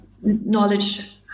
knowledge